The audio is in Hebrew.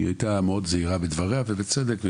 היא הייתה זהירה מאוד בדבריה ובצדק.